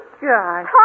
God